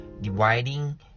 dividing